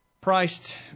priced